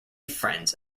friends